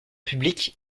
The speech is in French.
publique